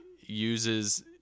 uses